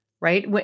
Right